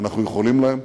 ואנחנו יכולים להם.